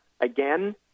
Again